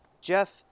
Jeff